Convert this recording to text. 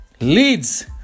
Leeds